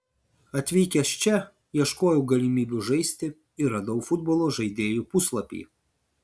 atvykęs čia ieškojau galimybių žaisti ir radau futbolo žaidėjų puslapį